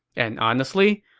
and honestly,